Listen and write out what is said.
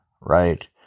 right